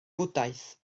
bwdhaeth